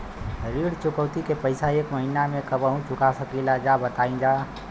ऋण चुकौती के पैसा एक महिना मे कबहू चुका सकीला जा बताईन जा?